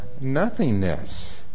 nothingness